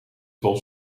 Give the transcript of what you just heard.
vol